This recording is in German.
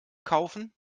kaufen